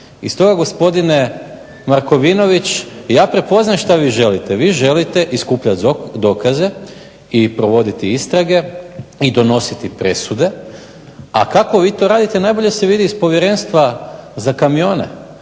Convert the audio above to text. I stoga gospodine Markovinović ja prepoznajem što vi želite. Vi želite skupljati dokaze i provoditi istrage i donositi presude, a kako vi to radite najbolje se vidi iz povjerenstva za kamione